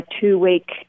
two-week